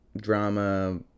drama